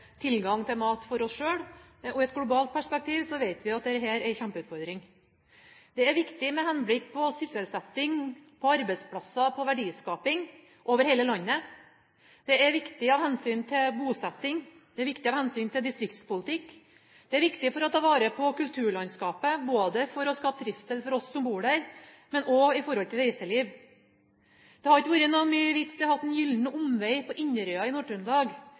tilgang til mat for oss selv, og i et globalt perspektiv vet vi at det er en kjempeutfordring. Det er viktig med henblikk på sysselsetting, på arbeidsplasser, på verdiskaping over hele landet. Det er viktig av hensyn til bosetting, det er viktig av hensyn til distriktspolitikk. Det er viktig for å ta vare på kulturlandskapet, for å skape trivsel for oss som bor der, men også i forhold til reiseliv. Det hadde ikke vært noen vits i å ha en gyllen omvei på Inderøy i